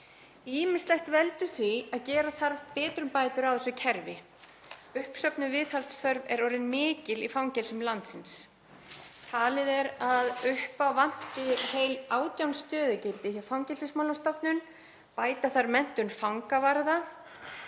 Ýmislegt veldur því að gera þarf betrumbætur á þessu kerfi. Uppsöfnuð viðhaldsþörf er orðin mikil í fangelsum landsins. Talið er að upp á vanti heil 18 stöðugildi hjá Fangelsismálastofnun, bæta þarf menntun fangavarða,